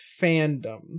fandoms